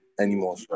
anymore